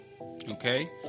Okay